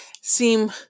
seem